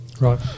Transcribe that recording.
Right